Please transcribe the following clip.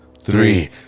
three